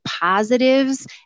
positives